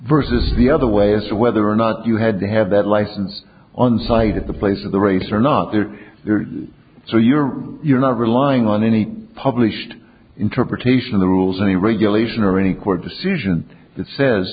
versus the other way as to whether or not you had to have that license on site at the place of the race or not there so you're you're not relying on any published interpretation of the rules any regulation or any court decision that says